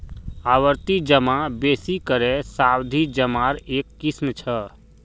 आवर्ती जमा बेसि करे सावधि जमार एक किस्म छ